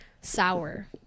sour